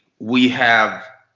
we have